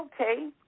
okay